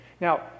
Now